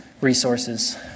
resources